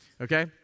okay